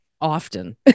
often